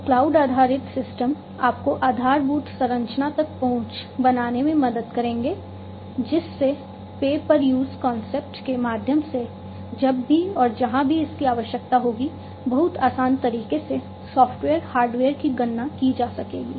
तो क्लाउड आधारित सिस्टम आपको आधारभूत संरचना तक पहुँच बनाने में मदद करेंगे जिससे पे पर यूज़ कॉन्सेप्ट के माध्यम से जब भी और जहाँ भी इसकी आवश्यकता होगी बहुत आसान तरीके से सॉफ्टवेयर हार्डवेयर की गणना की जा सकेगी